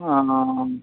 অঁ